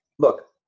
Look